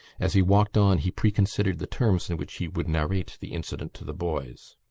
as he walked on he preconsidered the terms in which he would narrate the incident to the boys